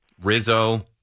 Rizzo